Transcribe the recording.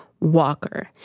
walker